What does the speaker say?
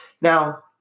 Now –